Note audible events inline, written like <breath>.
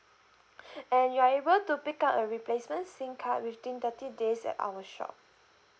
<breath> and you are able to pick up a replacement sim card within thirty days at our shop